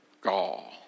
gall